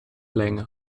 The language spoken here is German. länge